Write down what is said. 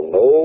no